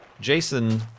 Jason